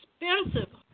expensive